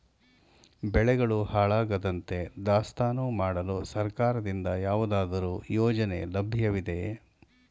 ಬೆಳೆಗಳು ಹಾಳಾಗದಂತೆ ದಾಸ್ತಾನು ಮಾಡಲು ಸರ್ಕಾರದಿಂದ ಯಾವುದಾದರು ಯೋಜನೆ ಲಭ್ಯವಿದೆಯೇ?